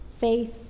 faith